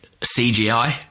CGI